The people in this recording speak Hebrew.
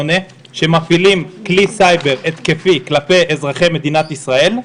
כשמפעילים כלי סייבר התקפי כלפי אזרחי מדינת ישראל,